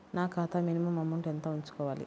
నా ఖాతా minimum amount ఎంత ఉంచుకోవాలి?